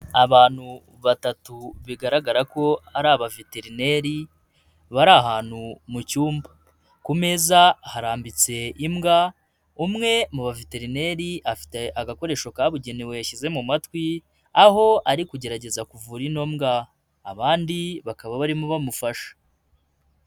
Abantu batatu bigaragara ko ari abaveterineri bari ahantu mu cyumba, ku meza harambitse imbwa umwe mu baveterineri afite agakoresho kabugenewe yashyize mu matwi aho ari kugerageza kuvura ino mbwa, abandi bakaba barimo bamufasha.